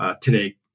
Today